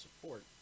support